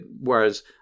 whereas